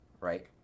right